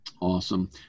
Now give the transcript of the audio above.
Awesome